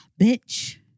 Bitch